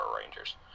Rangers